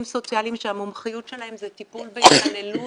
סוציאליים שהמומחיות שלהם זה טיפול בהתעללות,